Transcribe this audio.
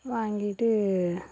வாங்கிட்டு